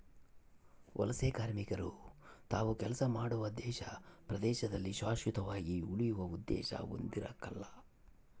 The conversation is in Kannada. ವಲಸೆಕಾರ್ಮಿಕರು ತಾವು ಕೆಲಸ ಮಾಡುವ ದೇಶ ಪ್ರದೇಶದಲ್ಲಿ ಶಾಶ್ವತವಾಗಿ ಉಳಿಯುವ ಉದ್ದೇಶ ಹೊಂದಿರಕಲ್ಲ